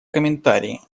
комментарии